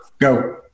Go